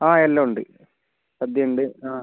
ആ എല്ലാം ഉണ്ട് സദ്യ ഉണ്ട് ആ